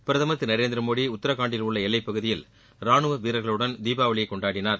பிரதமர் திரு நரேந்திரமோடி உத்ரகாண்டில் உள்ள எல்லைப்பகுதியில் ராணுவ வீரர்களுடன் தீபாவளி கொண்டாடினார்